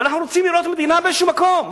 אם אנחנו רוצים לראות מדינה באיזה מקום,